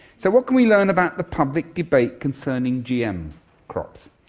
so what can we learn about the public debate concerning gm crops?